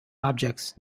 objects